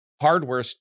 hardware